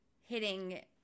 hitting